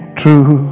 true